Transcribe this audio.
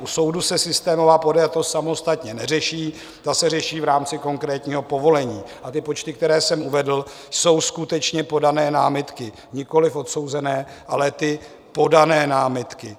U soudu se systémová podjatost samostatně neřeší, ta se řeší v rámci konkrétního povolení, a počty, které jsem uvedl, jsou skutečně podané námitky, nikoliv odsouzené, ale podané námitky.